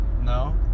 No